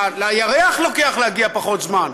לירח לוקח להגיע פחות זמן.